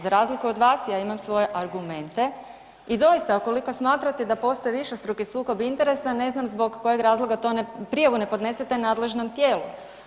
Za razliku od vas, ja imamo svoje argumente i doista, ukoliko smatrate da postoji višestruki sukob interesa, ne znam zbog kojeg razloga to ne, prijavu ne podnesete nadležnom tijelu.